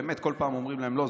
באמת כל פעם אומרים להם: לא,